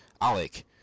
Alec